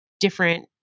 different